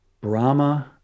Brahma